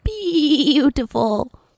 beautiful